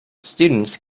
students